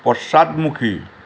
পশ্চাদমুখী